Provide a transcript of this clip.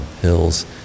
hills